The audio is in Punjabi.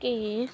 ਕੇ